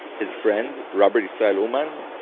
his friend, robert yisrael aumann,